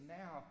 now